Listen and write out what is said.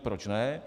Proč ne?